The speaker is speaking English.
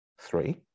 Three